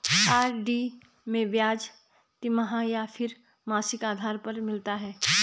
RD में ब्याज तिमाही या फिर मासिक आधार पर मिलता है?